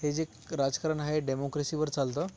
हे जे एक राजकारण आहे डेमोक्रसीवर चालतं